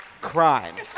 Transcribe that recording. crimes